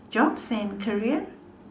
jobs and career